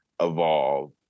evolve